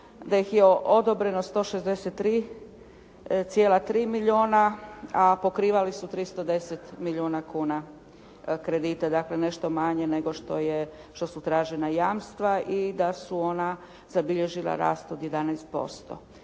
da ih je odobreno 163,3 milijona, a pokrivali su 310 milijona kuna kredita. Dakle, nešto manje nego što su tražena jamstva i da su ona zabilježila rast od 11%.